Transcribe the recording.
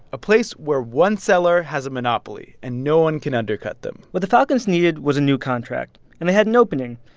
a place where one seller has a monopoly and no one can undercut them what the falcons needed was a new contract, and they had an opening.